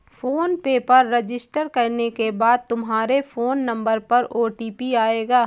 phone पे पर register करने के बाद तुम्हारे फोन नंबर पर ओ.टी.पी आएगा